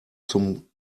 zum